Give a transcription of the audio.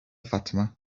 fatima